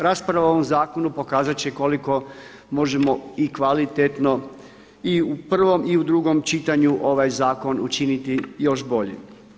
Rasprava o ovome zakonu pokazati će koliko možemo i kvalitetno i u prvom i u drugom čitanju ovaj zakon učiniti još boljim.